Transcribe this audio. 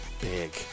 big